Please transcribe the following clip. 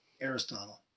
Aristotle